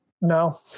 No